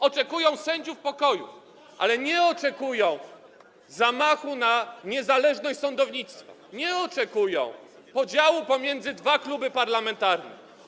oczekują sędziów pokoju, ale nie oczekują zamachu na niezależność sądownictwa, nie oczekują podziału pomiędzy dwa kluby parlamentarne.